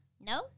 No